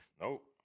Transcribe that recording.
Nope